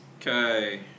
Okay